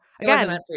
Again